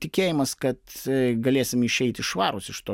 tikėjimas kad galėsim išeiti švarūs iš to